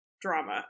drama